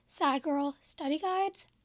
sadgirlstudyguides